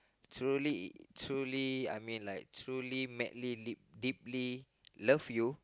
truly truly I mean like truly madly deep deeply love you